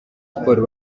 sports